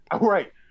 right